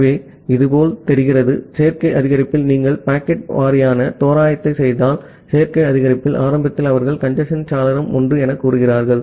ஆகவே இது போல் தெரிய சேர்க்கை அதிகரிப்பில் நீங்கள் பாக்கெட் வாரியான தோராயத்தை செய்தால் சேர்க்கை அதிகரிப்பில் ஆரம்பத்தில் அவர்கள் கஞ்சேஸ்ன் சாளரம் 1 என்று கூறுகிறார்கள்